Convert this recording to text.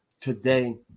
today